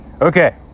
Okay